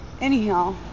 anyhow